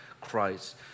Christ